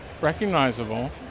recognizable